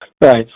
Right